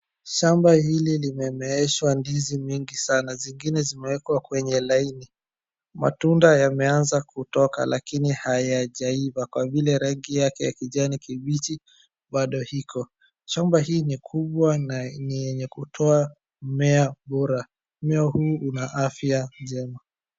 Shamba hili limemeeshwa ndizi mingi sana, zingine zimewekwa kwenye laini, matunda yameanza kutoka lakini hayajaiva kwa vile rangi yake ya kijani kibichi bado iko, chombo hii ni kubwa na ni yenye kutoa mmea bora, mmea huu una afya njema.